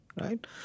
right